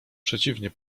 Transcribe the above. przeciwnie